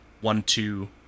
one-two